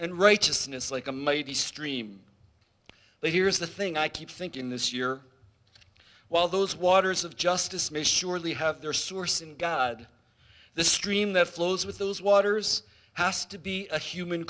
and righteousness like a mighty stream but here's the thing i keep thinking this year while those waters of justice may surely have their source in god the stream that flows with those waters has to be a human